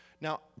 Now